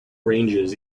ranges